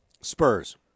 Spurs